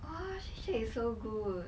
!wah! so good